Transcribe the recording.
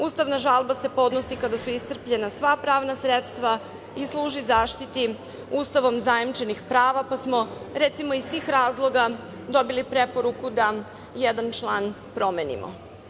Ustavna žalba se podnosi kada su iscrpljena sva pravna sredstva i služi zaštiti Ustavom zajamčenih prava, pa smo, recimo, iz tih razloga dobili preporuku da jedan član promenimo.